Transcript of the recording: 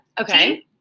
Okay